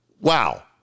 wow